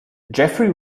jeffery